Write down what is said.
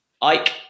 ike